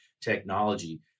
technology